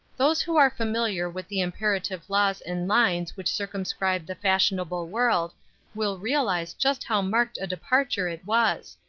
those who are familiar with the imperative laws and lines which circumscribe the fashionable world will realize just how marked a departure it was.